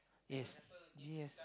yes yes